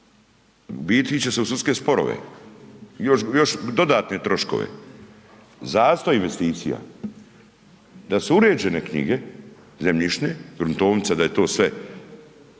ići će se u sudske sporove, još dodatne troškove. Zastoj investicija, da su uređene knjige, zemljišne, gruntovnice, da je to sve,